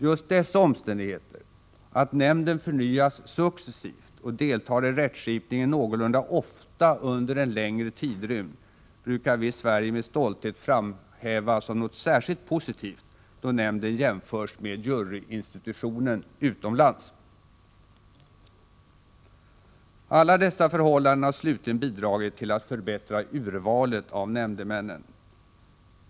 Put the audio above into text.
Just dessa omständigheter — att nämnden förnyas successivt och deltar i rättsskipningen någorlunda ofta under en längre tidrymd — brukar vi i Sverige med stolthet framhäva som något särskilt positivt, då nämnden jämförs med juryinstitutionen utomlands. Alla dessa förhållanden har slutligen bidragit till att förbättra urvalet av nämndemännen.